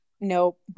Nope